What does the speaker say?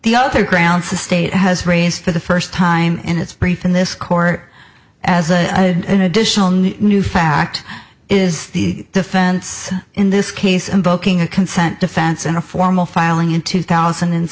the other grounds the state has raised for the first time in its brief in this court as a an additional new fact is the defense in this case invoking a consent defense and a formal filing in two thousand and